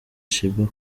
sheebah